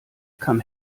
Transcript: kann